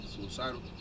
Suicidal